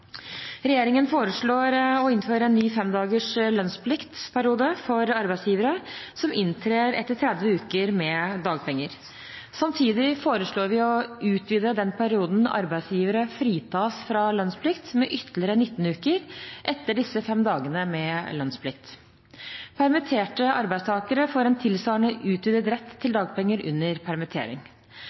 Regjeringen foreslår å innføre en ny, femdagers lønnspliktperiode for arbeidsgivere, som inntrer etter 30 uker med dagpenger. Samtidig foreslår vi å utvide den perioden arbeidsgivere fritas fra lønnsplikt, med ytterligere 19 uker etter disse fem dagene med lønnsplikt. Permitterte arbeidstakere får en tilsvarende utvidet rett til dagpenger under permittering.